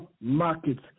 markets